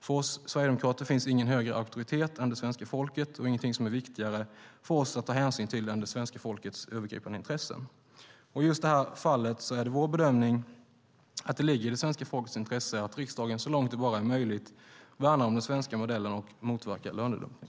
För oss sverigedemokrater finns ingen högre auktoritet än det svenska folket och inget som är viktigare för oss att ta hänsyn till än det svenska folkets övergripande intressen. I detta fall är det vår bedömning att det ligger i det svenska folkets intresse att riksdagen så långt det bara är möjligt värnar om den svenska modellen och motverkar lönedumpning.